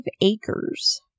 acres